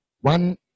one